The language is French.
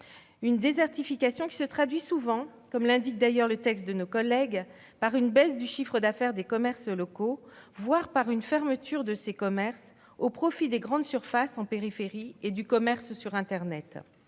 d'une désertification qui se traduit souvent, comme l'explique d'ailleurs le texte de nos collègues, par une baisse du chiffre d'affaires des commerces locaux, voire une fermeture de ces commerces au profit des grandes surfaces en périphérie et du commerce sur internet.